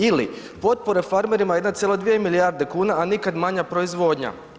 Ili potpora farmerima 1,2 milijarde kuna, a nikad manja proizvodnja.